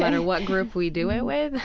matter what group we do it with,